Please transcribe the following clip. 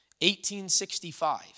1865